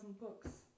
books